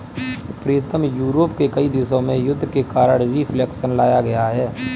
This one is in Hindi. प्रीतम यूरोप के कई देशों में युद्ध के कारण रिफ्लेक्शन लाया गया है